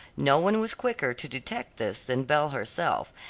no one was quicker to detect this than belle herself,